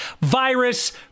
virus